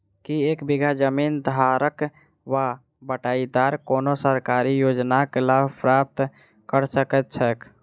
की एक बीघा जमीन धारक वा बटाईदार कोनों सरकारी योजनाक लाभ प्राप्त कऽ सकैत छैक?